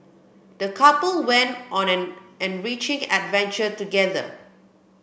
the couple went on an enriching adventure together